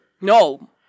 No